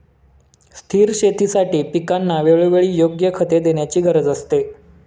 स्थिर शेतीसाठी पिकांना वेळोवेळी योग्य खते देण्याची गरज असते